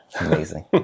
amazing